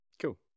Cool